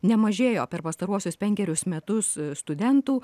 nemažėjo per pastaruosius penkerius metus studentų